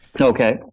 Okay